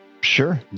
Sure